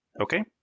Okay